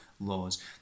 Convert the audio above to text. laws